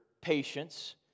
patience